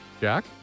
Jack